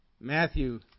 Matthew